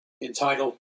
entitled